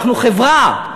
אנחנו חברה,